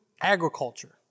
agriculture